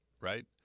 right